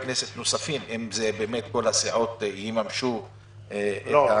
כנסת נוספים אם כל הסיעות יממשו --- לא.